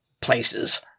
places